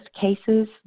cases